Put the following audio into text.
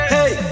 Hey